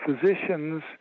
physicians